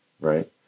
right